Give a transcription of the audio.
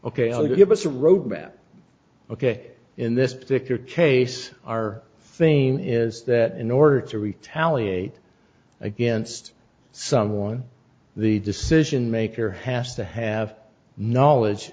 ok i'll give us a roadmap ok in this particular case our thing is that in order to retaliate against someone the decision maker has to have knowledge